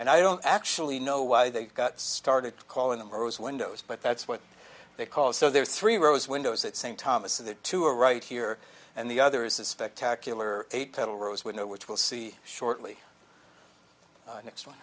and i don't actually know why they got started calling them rose windows but that's what they call it so there are three rows windows that same thomas of the two are right here and the other is a spectacular eight petal rosewood no which will see shortly next